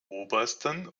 obersten